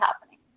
happening